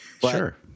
Sure